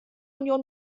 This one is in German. union